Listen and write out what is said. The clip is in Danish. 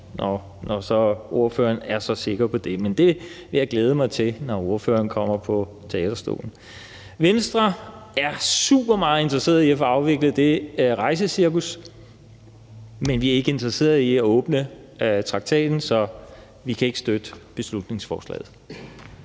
når ordføreren er så sikker på det. Men det vil jeg glæde mig til, når ordføreren kommer på talerstolen. Venstre er supermeget interesseret i at få afviklet det rejsecirkus, men vi er ikke interesseret i at åbne traktaten, så vi kan ikke støtte beslutningsforslaget.